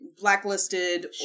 Blacklisted